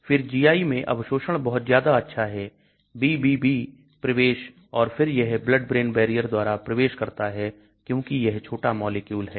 फिर GI मैं अवशोषण बहुत ज्यादा अच्छा है BBB प्रवेश और फिर यह blood brain barrier द्वारा प्रवेश करता है क्योंकि यह छोटा मॉलिक्यूल है